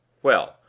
well,